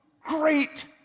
Great